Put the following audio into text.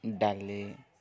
ଡାଲି